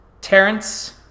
Terrence